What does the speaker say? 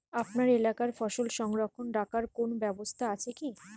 আপনার এলাকায় ফসল সংরক্ষণ রাখার কোন ব্যাবস্থা আছে কি?